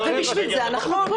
בשביל זה אנחנו פה.